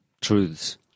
truths